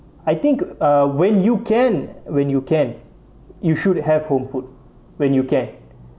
I think uh when you can when you can you should have home food when you can